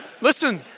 Listen